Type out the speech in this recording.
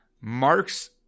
marx